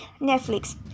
Netflix